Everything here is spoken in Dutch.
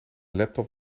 laptop